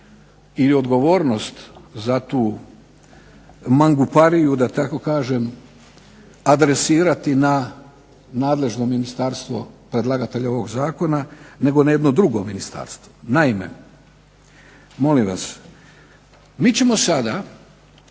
i odgovornost za tu mangupariju, da tako kažem, adresirati na nadležno ministarstvo predlagatelja ovog zakona nego na jedno drugo ministarstvo. Naime, molim vas, mi ćemo sada